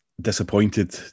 disappointed